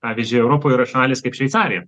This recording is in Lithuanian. pavyzdžiui europoj yra šalys kaip šveicarija